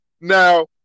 now